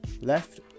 left